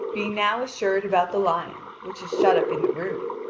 being now assured about the lion, which is shut up in the room,